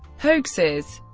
hoaxes